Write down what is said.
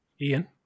Ian